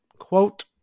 quote